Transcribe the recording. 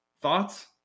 Thoughts